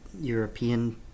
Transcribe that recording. European